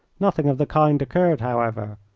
nothing of the kind occurred, however,